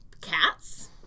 cats